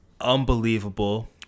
unbelievable